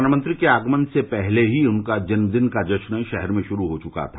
प्रधानमंत्री के आगमन से पहले ही उनके जन्मदिन का जश्न शहर में शुरू हो चुका था